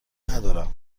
ندارم